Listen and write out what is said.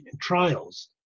trials